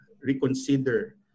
reconsider